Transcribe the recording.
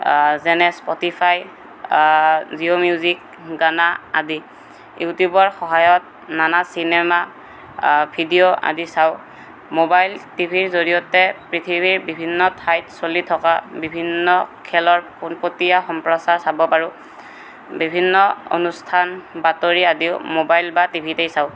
যেনে Spotify Jio music Gaana আদি ইউটিউৱৰ সহায়ত নানা চিনেমা ভিডিঅ' আদি চাওঁ মোৱাইল টিভিৰ জৰিয়তে পৃথিৱীৰ বিভিন্ন ঠাইত চলি থকা বিভিন্ন খেলৰ পোনপটীয়া সম্প্ৰচাৰ চাব পাৰোঁ বিভিন্ন অনুষ্ঠান বাতৰি আদিও মোৱাইল বা টিভিতেই চাওঁ